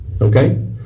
Okay